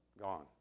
Gone